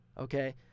Okay